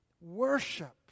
worship